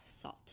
salt